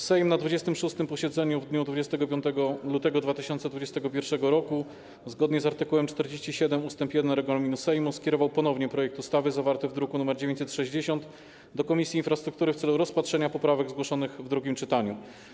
Sejm na 26. posiedzeniu w dniu 25 lutego 2021 r., zgodnie z art. 47 ust. 1 regulaminu Sejmu, skierował ponownie projekt ustawy zawarty w druku nr 960 do Komisji Infrastruktury w celu rozpatrzenia poprawek zgłoszonych w drugim czytaniu.